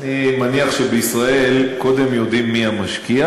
אני מניח שבישראל קודם יודעים מי המשקיע